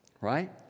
Right